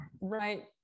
right